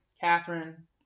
Catherine